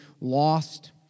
lost